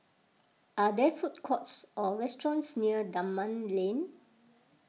are there food courts or restaurants near Dunman Lane